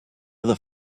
other